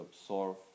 absorb